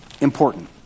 important